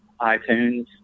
iTunes